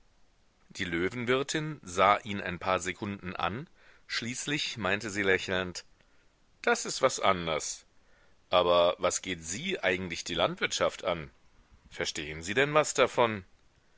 die löwenwirtin sah ihn ein paar sekunden an schließlich meinte sie lächelnd das ist was anders aber was geht sie eigentlich die landwirtschaft an verstehen sie denn was davon